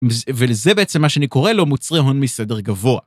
ו.. ולזה בעצם מה שאני קורא לו מוצרי הון מסדר גבוה.